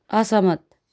असहमत